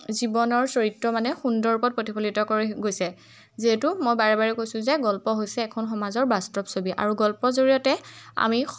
জীৱনৰ চৰিত্ৰ মানে সুন্দৰ ওপৰত প্ৰতিফলিত কৰি গৈছে যিহেতু মই বাৰে বাৰে কৈছোঁ যে গল্প হৈছে এখন সমাজৰ বাস্তৱ ছবি আৰু গল্পৰ জৰিয়তে আমি